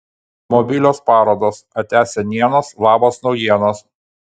mobilios parodos atia senienos labas naujienos